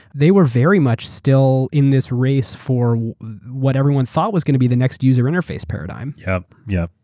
they were very much still in this race for what everyone thought was going to be the next user interface paradigm. yup, yup.